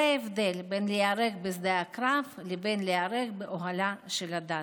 זה ההבדל בין להיהרג בשדה הקרב לבין להיהרג באוהלה של הדת.